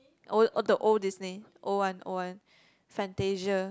oh oh the old Disney old one old one Fantasia